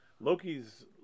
Loki's